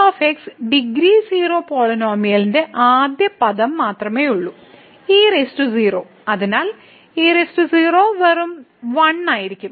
P0 degree 0 പോളിനോമിയലിന്റെ ആദ്യ പദം മാത്രമേയുള്ളൂ e0 അതിനാൽ e0 വെറും 1 ആയിരിക്കും